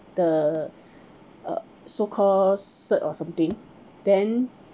the uh so called cert or something then